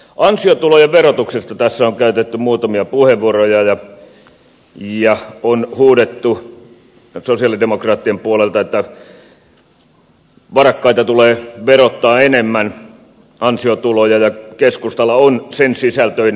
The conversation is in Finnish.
ansiotulojen verotuksesta tässä on käytetty muutamia puheenvuoroja ja on huudettu sosialidemokraattien puolelta että varakkaita tulee verottaa enemmän ansiotuloissa ja keskustalla on sensisältöinen esitys